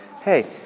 hey